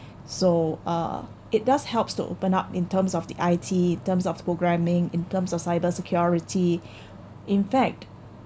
so uh it does helps to open up in terms of the I_T terms of programming in terms of cyber security in fact